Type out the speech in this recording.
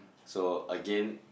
so again